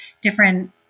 different